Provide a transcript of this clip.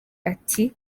ati